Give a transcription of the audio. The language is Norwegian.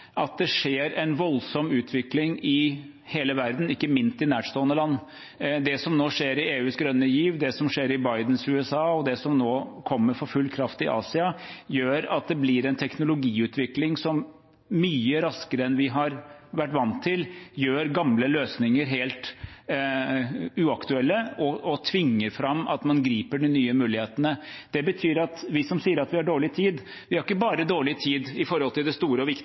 at det skjer en voldsom utvikling i hele verden, ikke minst i nærstående land. Det som nå skjer i EUs grønne giv, det som skjer i Bidens USA, og det som nå kommer for full kraft i Asia, gjør at det blir en teknologiutvikling som mye raskere enn vi har vært vant til, gjør gamle løsninger helt uaktuelle og tvinger fram at man griper de nye mulighetene. Det betyr at vi som sier at vi har dårlig tid, har ikke bare dårlig tid i forhold til det store og